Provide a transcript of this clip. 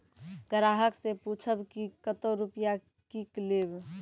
ग्राहक से पूछब की कतो रुपिया किकलेब?